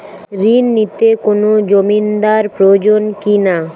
ঋণ নিতে কোনো জমিন্দার প্রয়োজন কি না?